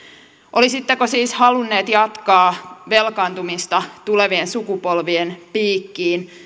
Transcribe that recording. olisitteko siis halunneet jatkaa velkaantumista tulevien sukupolvien piikkiin